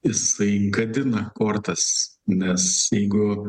jisai gadina kortas nes jeigu